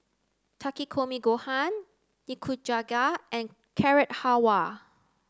Takikomi Gohan Nikujaga and Carrot Halwa